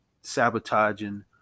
sabotaging